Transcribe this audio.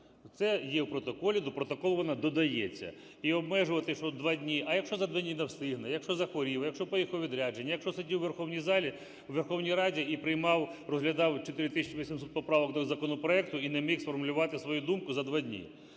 Це є в протоколі, до протоколу вона додається. І обмежувати, що два дні. А якщо за два дні не встигне? А якщо захворів? А якщо поїхав у відрядження? А якщо сидів у Верховній залі, у Верховній Раді і приймав, розглядав 4 тисячі 800 поправок до законопроекту і не міг сформулювати свою думку за два дні?